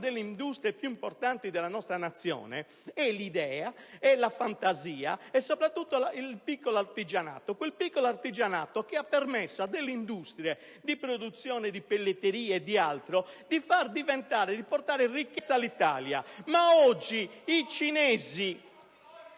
delle industrie più importanti della nostra Nazione è l'idea, è la fantasia, è soprattutto il piccolo artigianato; quel piccolo artigianato che ha permesso alle industrie di produzione di pelletterie ed altro di portare ricchezza all'Italia. GARRAFFA *(PD)*.